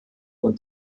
und